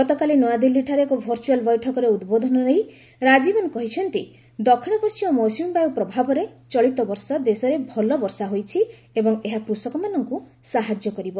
ଗତକାଲି ନୃଆଦିଲ୍କୀଠାରେ ଏକ ଭର୍ଚ୍ଚଆଲ୍ ବୈଠକରେ ଉଦ୍ବୋଧନ ଦେଇ ରାଜୀବନ୍ କହିଚ୍ଚନ୍ତି ଦକ୍ଷିଣ ପଶ୍ଚିମ ମୌସୁମୀବାୟ ପ୍ରଭାବରେ ଚଳିତବର୍ଷ ଦେଶରେ ଭଲ ବର୍ଷା ହୋଇଛି ଏବଂ ଏହା କୃଷକମାନଙ୍କ ସାହାଯ୍ୟ କରିବ